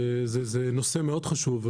זה נושא מאוד חשוב.